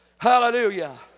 Hallelujah